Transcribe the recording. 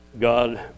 God